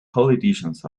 politicians